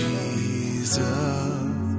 Jesus